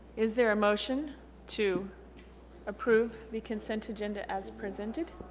is there a motion to approve the consent agenda as presented?